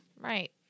Right